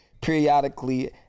periodically